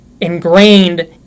ingrained